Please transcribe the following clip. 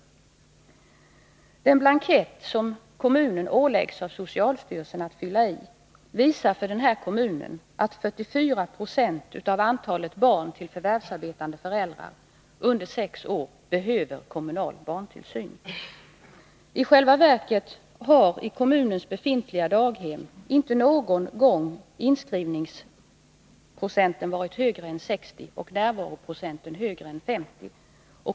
Den blankett som kommunen åläggs av socialstyrelsen att fylla i visar för den här kommunen att 44 96 av antalet barn under sex år till förvärvsarbetande föräldrar behöver kommunal barntillsyn. I själva verket har i kommunens befintliga daghem inte någon gång inskrivningsprocenten varit högre än 60 och närvaroprocenten högre än 50.